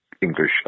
English